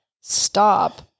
stop